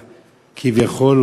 כביכול,